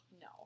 no